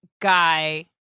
guy